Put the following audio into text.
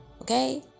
Okay